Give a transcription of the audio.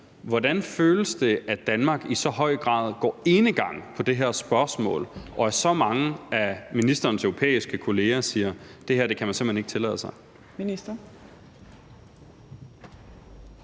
Hvordan føles det, at Danmark i så høj grad går enegang på det her spørgsmål, og at så mange af ministerens europæiske kolleger siger, at det her kan man simpelt hen ikke tillade sig?